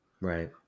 Right